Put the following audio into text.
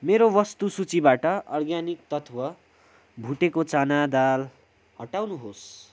मेरो वस्तु सूचीबाट अर्ग्यानिक तत्त्व भुटेको चना दाल हटाउनुहोस्